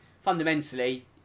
fundamentally